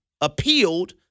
appealed